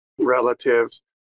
relatives